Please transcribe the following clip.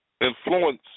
influence